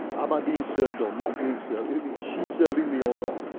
am i being served or not being served? is she serving me or not?